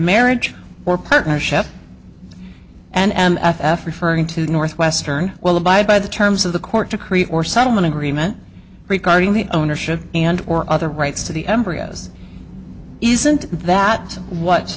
marriage or partnership and after affirming to northwestern will abide by the terms of the court to create or settlement agreement regarding the ownership and or other rights to the embryos isn't that what